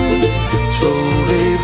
slowly